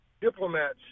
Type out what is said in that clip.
diplomats